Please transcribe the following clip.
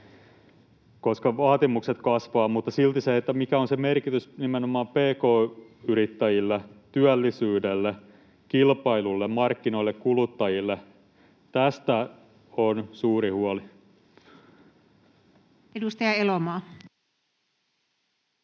koska vaatimukset kasvavat, mutta silti siitä, mikä on sen merkitys nimenomaan pk-yrittäjille, työllisyydelle, kilpailulle, markkinoille ja kuluttajille, on suuri huoli. [Speech 27]